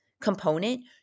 component